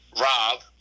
Rob